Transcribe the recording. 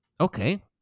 okay